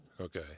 Okay